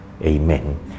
Amen